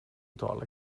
talar